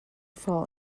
fall